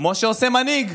כמו שעושה מנהיג.